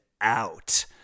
out